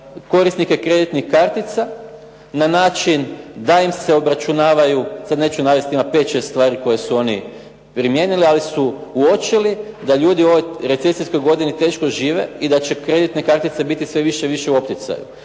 korisnike kreditnih kartica na način da im se obračunavaju, sad neću navesti, ima 5, 6 stvari koje su oni primijenili, ali su uočili da ljudi u ovoj recesijskoj godini teško žive i da će kreditne kartice biti sve više i više u opticaju.